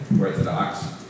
Orthodox